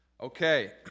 Okay